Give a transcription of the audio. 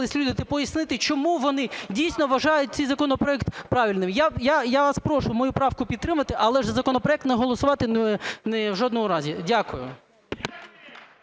люди, і пояснити, чому вони дійсно вважають цей законопроект правильним. Я вас прошу мою правку підтримати, але ж законопроект не голосувати в жодному разі. Дякую.